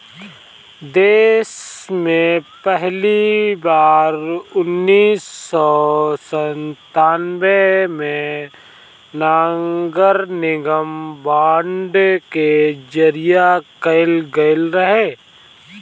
देस में पहिली बार उन्नीस सौ संतान्बे में नगरनिगम बांड के जारी कईल गईल रहे